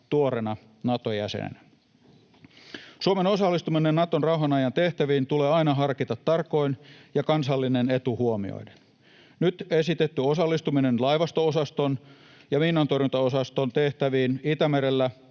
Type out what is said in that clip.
tuoreena Naton jäsenenä. Suomen osallistuminen Naton rauhanajan tehtäviin tulee aina harkita tarkoin ja kansallinen etu huomioiden. Nyt esitetty osallistuminen laivasto-osaston ja miinantorjuntaosaston tehtäviin Itämerellä,